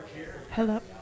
Hello